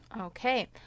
Okay